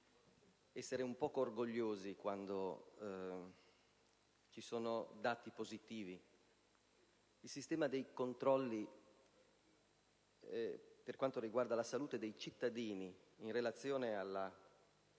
essere un poco orgogliosi quando vi sono dati positivi. Il sistema dei controlli, per quanto riguarda la salute dei cittadini in relazione ai